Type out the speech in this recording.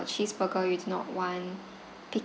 cheese burger you do not want